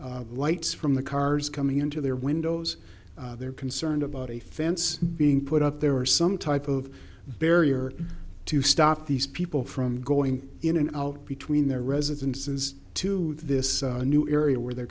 the lights from the cars coming into their windows they're concerned about a fence being put up there are some type of barrier to stop these people from going in and out between their residences to this new area where they're